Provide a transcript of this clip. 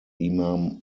imam